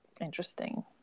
interesting